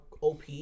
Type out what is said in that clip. OP